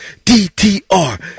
DTR